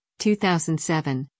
2007